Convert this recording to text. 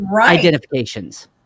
identifications